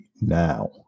now